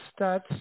stats